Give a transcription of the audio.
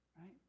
right